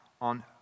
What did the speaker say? on